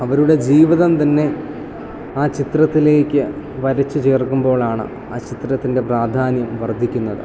അവരുടെ ജീവിതം തന്നെ ആ ചിത്രത്തിലേയ്ക്ക് വരച്ച് ചേർക്കുമ്പോഴാണ് ആ ചിത്രത്തിൻ്റെ പ്രാധാന്യം വർദ്ധിക്കുന്നത്